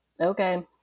okay